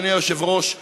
אדוני היושב-ראש,